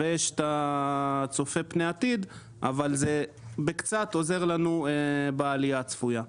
יש את הצופה פני עתיד אבל זה קצת עוזר לנו בעלייה הצפויה.